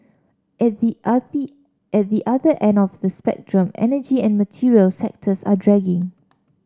at the at the other end of the spectrum energy and material sectors are dragging